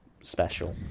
special